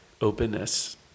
openness